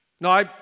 No